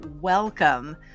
Welcome